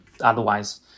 otherwise